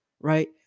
Right